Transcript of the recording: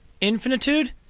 infinitude